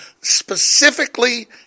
specifically